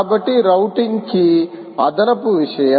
కాబట్టి రౌటింగ్ కీ అదనపు విషయం